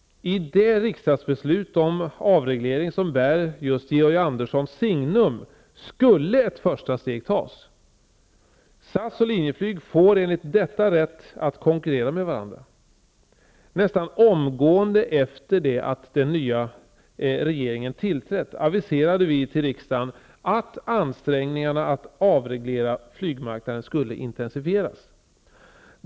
I det riksdagsbeslut om avreglering som bär just Georg Anderssons signum skulle ett första steg tas. SAS och Linjeflyg får enligt detta rätt att konkurrera med varandra. Nästan omgående efter det att den nya regeringen tillträtt aviserade vi till riksdagen att ansträngningarna att avreglera flygmarknaden skulle intensifieras.